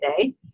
today